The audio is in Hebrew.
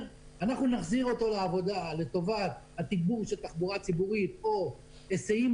שאנחנו נחזיר אותו לעבודה לטובת התגבור של תחבורה ציבורית או היסעים